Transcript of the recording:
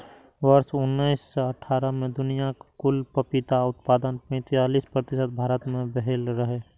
वर्ष उन्नैस सय अट्ठारह मे दुनियाक कुल पपीता उत्पादनक पैंतालीस प्रतिशत भारत मे भेल रहै